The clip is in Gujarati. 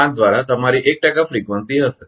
5 દ્વારા તમારી 1 ટકા ફ્રીકવંસી હશે